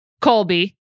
Colby